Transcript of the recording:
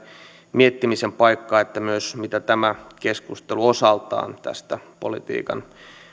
miettimisen paikka myös mitä tämä keskustelu osaltaan tästä politiikan